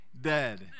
dead